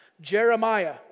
Jeremiah